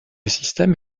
système